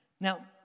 Now